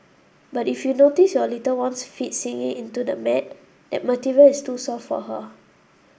but if you notice your little one's feet sinking into the mat that material is too soft for her